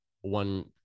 one